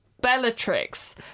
bellatrix